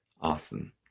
Awesome